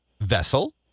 vessel